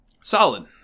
solid